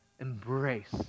embrace